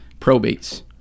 probates